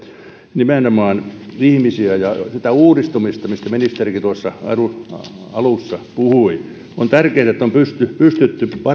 nimenomaan ihmisiä ja sitä uudistumista mistä ministerikin alussa puhui on tärkeätä että on pystytty